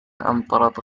أمطرت